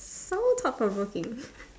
so thought provoking